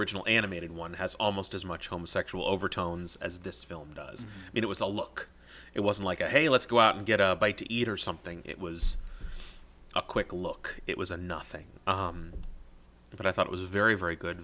original animated one has almost as much homo sexual overtones as this film does it was a look it was like a hey let's go out and get a bite to eat or something it was a quick look it was a nothing but i thought it was a very very good